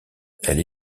elle